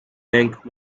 bank